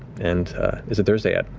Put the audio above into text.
and is it thursday yet?